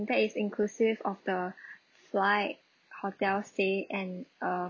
that is inclusive of the flight hotel stay and err